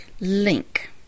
link